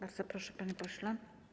Bardzo proszę, panie pośle.